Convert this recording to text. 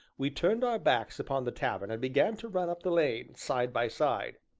we turned our backs upon the tavern and began to run up the lane, side by side.